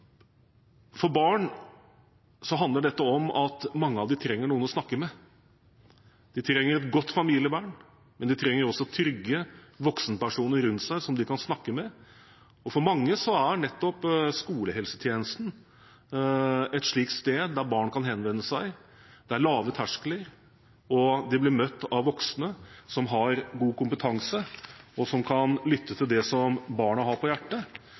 For barn handler dette om at mange av dem trenger noen å snakke med. De trenger et godt familievern, men de trenger også trygge voksenpersoner rundt seg som de kan snakke med, og for mange er nettopp skolehelsetjenesten et slikt sted der barn kan henvende seg. Det er lav terskel, og de blir møtt av voksne som har god kompetanse, og som kan lytte til det som barna har på hjertet.